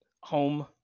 home